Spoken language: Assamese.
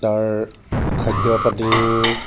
তাৰ খাদ্য পাতি